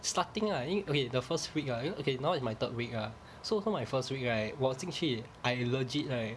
starting ah 因 okay the first week ah you know okay now it's my third week ah so so my first week right 我进去 I legit right